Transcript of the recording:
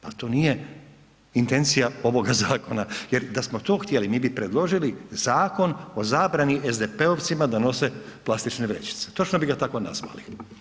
Pa to nije intencija ovoga zakona jer da smo to htjeli, mi bi predložili zakon o zabrani SDP-ovcima da nose plastične vrećice, točno bi ga tako nazvali.